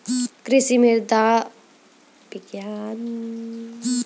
कृषि मृदा विज्ञान मृदा विज्ञान केरो एक शाखा छिकै, जे एडेफिक क अध्ययन सें संबंधित होय छै